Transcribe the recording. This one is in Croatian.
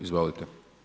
Izvolite.